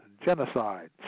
genocide